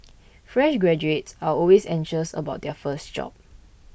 fresh graduates are always anxious about their first job